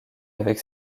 avec